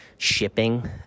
shipping